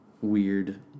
weird